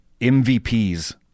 MVPs